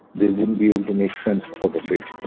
they wouldn't be able to make sense out of it